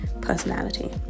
personality